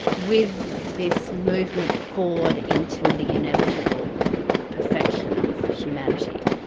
with this movement forward into the inevitable perfection of humanity.